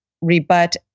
rebut